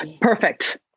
Perfect